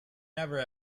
never